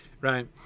Right